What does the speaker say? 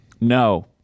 No